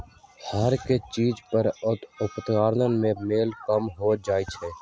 हरेक चीज आ उपकरण में मोल कम हो जाइ छै